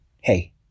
hey